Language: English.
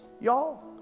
y'all